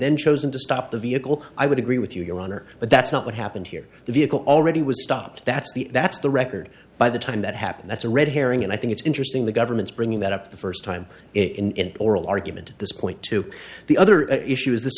then chosen to stop the vehicle i would agree with you your honor but that's not what happened here the vehicle already was stopped that's the that's the record by the time that happened that's a red herring and i think it's interesting the government's bringing that up the first time in oral argument at this point to the other issue